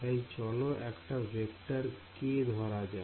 তাই চলো একটা ভেক্টর k ধরা যাক